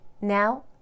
Now